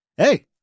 Hey